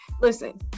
listen